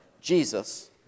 Jesus